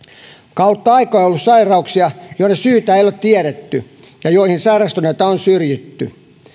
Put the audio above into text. kautta aikojen on ollut sairauksia joiden syytä ei ole tiedetty ja joihin sairastuneita on syrjitty